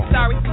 Sorry